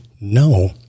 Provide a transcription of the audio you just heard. no